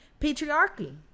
patriarchy